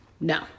No